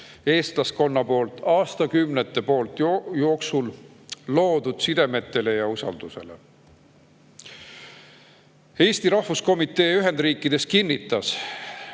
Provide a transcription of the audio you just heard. eestlaskonna poolt aastakümnete jooksul loodud sidemetele ja usaldusele. Eesti Rahvuskomitee Ühendriikides kinnitas,